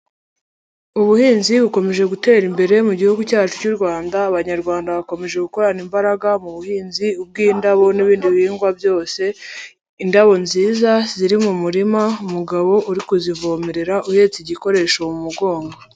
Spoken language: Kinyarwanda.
Ubuhinzi bukomeje gutera imbere mu gihugu cyacu cy'u Rwanda, abanyarwanda bakomeje gukorana imbaraga mu buhinzib bw'indabo n'ibindi bihingwa byose, indabo nziza ziri mu murima, umugabo uri kuzivomerera uhetse igikoresho mu mugongo.